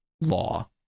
law